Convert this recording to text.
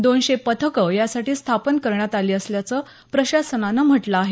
दोनशे पथकं यासाठी स्थापन करण्यात आली असल्याचं प्रशासनानं म्हटलं आहे